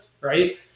right